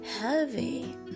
heavy